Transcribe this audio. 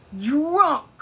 Drunk